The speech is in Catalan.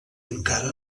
encara